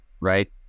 right